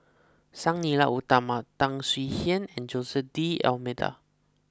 Sang Nila Utama Tan Swie Hian and Jose D'Almeida